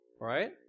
Right